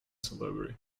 delivery